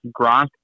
Gronk